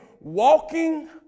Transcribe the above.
walking